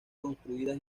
construidas